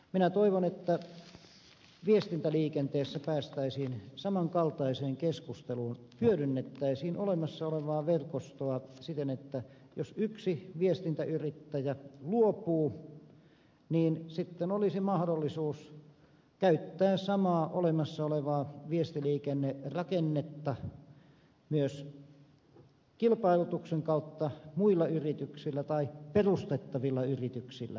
minä toivon että viestintäliikenteessä päästäisiin samankaltaiseen keskusteluun hyödynnettäisiin olemassa olevaa verkostoa siten että jos yksi viestintäyrittäjä luopuu niin sitten olisi mahdollisuus käyttää samaa olemassa olevaa viestiliikennerakennetta myös muilla yrityksillä tai perustettavilla yrityksillä kilpailutuksen kautta